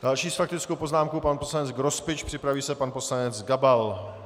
Další s faktickou poznámkou pan poslanec Grospič, připraví se pan poslanec Gabal.